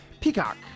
Peacock